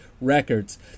records